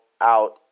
out